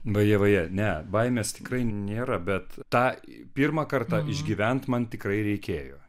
vaje vaje ne baimės tikrai nėra bet tą pirmą kartą išgyvent man tikrai reikėjo